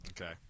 Okay